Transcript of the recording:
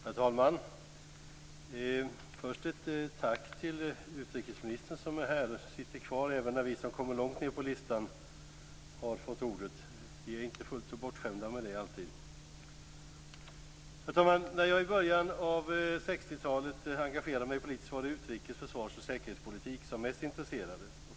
Herr talman! Först vill jag rikta ett tack till utrikesministern som sitter kvar även när vi som kommer långt ned på listan har fått ordet. Vi är inte alltid så bortskämda med det. Herr talman! När jag i början av 60-talet engagerade mig politiskt var det utrikes-, försvars och säkerhetspolitik som mest intresserade mig.